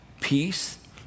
peace